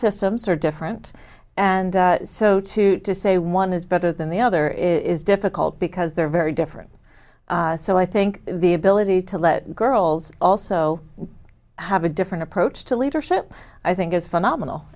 systems are different and so to to say one is better than the other is difficult because they're very different so i think the ability to let girls also have a different approach to leadership i think is phenomenal